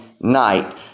night